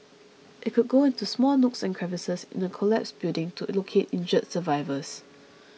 it could go into small nooks and crevices in a collapsed building to locate injured survivors